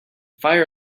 fire